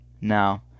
Now